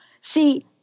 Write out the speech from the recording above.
See